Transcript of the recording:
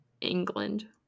England